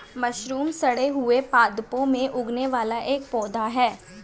mushroom सड़े हुए पादपों में उगने वाला एक पौधा है